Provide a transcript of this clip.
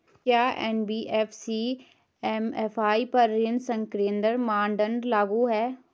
क्या NBFC MFI पर ऋण संकेन्द्रण मानदंड लागू हैं?